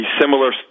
similar